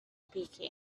speaking